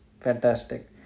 fantastic